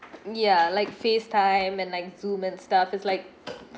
ya like face time and like zoom and stuff it's like